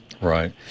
Right